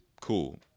Cool